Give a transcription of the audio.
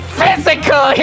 physical